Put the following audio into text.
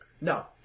No